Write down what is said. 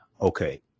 Okay